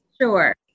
Sure